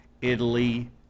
Italy